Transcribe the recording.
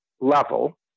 level